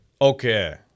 Okay